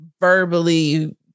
verbally